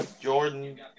Jordan